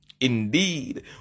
indeed